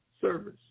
Service